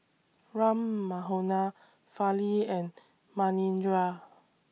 Ram Manohar Fali and Manindra